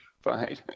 fine